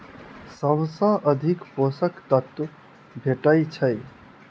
सबसँ अधिक पोसक तत्व भेटय छै?